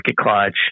clutch